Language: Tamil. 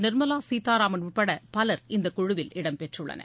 நிர்மலா சீத்தாராமன் உட்பட பலர் இந்தக் குழுவில் இடம் பெற்றுள்ளனர்